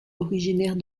originaire